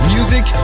Music